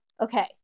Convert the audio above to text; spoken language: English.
okay